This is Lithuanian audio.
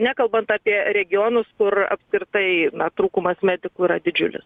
nekalbant apie regionus kur apskritai trūkumas medikų yra didžiulis